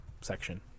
section